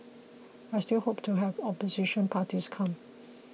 I still hope to have opposition parties come